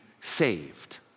saved